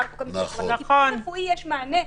בחוק --- אבל לטיפול רפואי יש מענה,